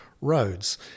roads